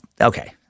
okay